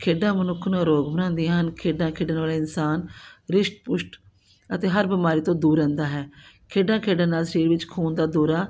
ਖੇਡਾਂ ਮਨੁੱਖ ਨੂੰ ਅਰੋਗ ਬਣਾਉਂਦੀਆਂ ਹਨ ਖੇਡਾਂ ਖੇਡਣ ਵਾਲੇ ਇਨਸਾਨ ਰਿਸ਼ਟ ਪੁਸ਼ਟ ਅਤੇ ਹਰ ਬਿਮਾਰੀ ਤੋਂ ਦੂਰ ਰਹਿੰਦਾ ਹੈ ਖੇਡਾਂ ਖੇਡਣ ਨਾਲ ਸਰੀਰ ਵਿੱਚ ਖੂਨ ਦਾ ਦੌਰਾ